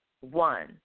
One